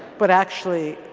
but actually,